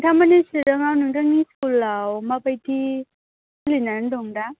नोंथांमोननि चिराङाव नोंथांनि स्कुलाव माबादि सोलिनानै दं दा